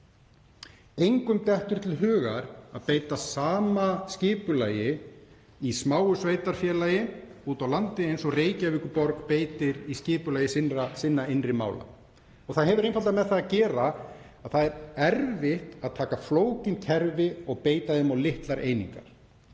Engum dettur til hugar að beita sama skipulagi í smáu sveitarfélagi úti á landi eins og Reykjavíkurborg beitir í skipulagi sinna innri mála og það hefur einfaldlega með það að gera að það er erfitt að taka flókin kerfi og beita þeim á litlar einingar.